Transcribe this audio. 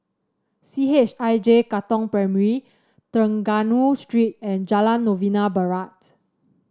C H I J Katong Primary Trengganu Street and Jalan Novena Barat